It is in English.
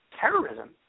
terrorism